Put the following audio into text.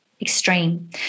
extreme